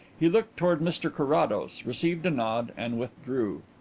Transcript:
he looked towards mr carrados, received a nod and withdrew.